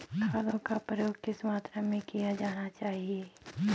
खादों का प्रयोग किस मात्रा में किया जाना चाहिए?